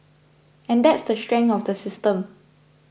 and that's the strength of the system